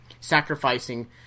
sacrificing